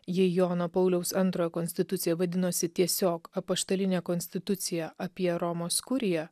jei jono pauliaus antrojo konstitucija vadinosi tiesiog apaštalinė konstitucija apie romos kuriją